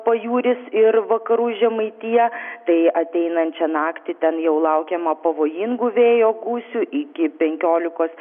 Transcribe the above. pajūris ir vakarų žemaitija tai ateinančią naktį ten jau laukiama pavojingų vėjo gūsių iki penkiolikos